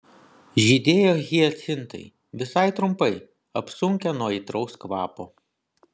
žydėjo hiacintai visai trumpai apsunkę nuo aitraus kvapo